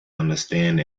understand